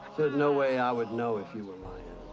no way i would know if you were lying.